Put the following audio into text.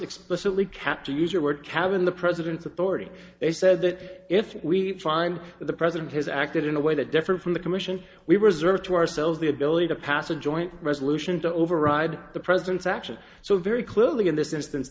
explicitly kept to use your word kavin the president's authority they said that if we find that the president has acted in a way that different from the commission we reserve to ourselves the ability to pass a joint resolution to override the president's actions so very clearly in this instance